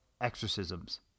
exorcisms